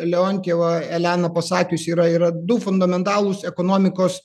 leontjeva elena pasakius yra yra du fundamentalūs ekonomikos